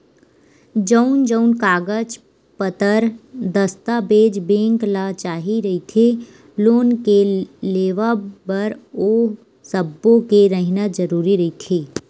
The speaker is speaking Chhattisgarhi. जउन जउन कागज पतर दस्ताबेज बेंक ल चाही रहिथे लोन के लेवब बर ओ सब्बो के रहिना जरुरी रहिथे